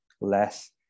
less